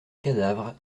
cadavre